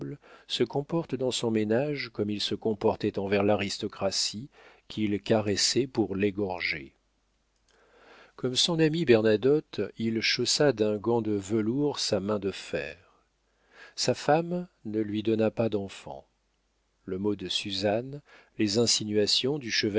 se comporte dans son ménage comme il se comportait envers l'aristocratie qu'il caressait pour l'égorger comme son ami bernadotte il chaussa d'un gant de velours sa main de fer sa femme ne lui donna pas d'enfants le mot de suzanne les insinuations du